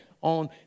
on